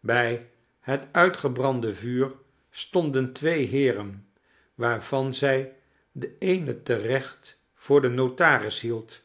bij het uitgebrande vuur stonden twee heeren waarvan zij den eenen te recht voor den notaris hield